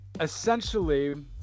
essentially